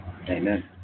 Amen